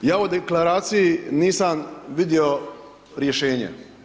Ja u Deklaraciji nisam vidio rješenje.